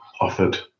offered